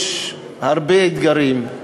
יש הרבה אתגרים,